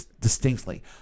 distinctly